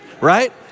right